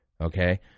okay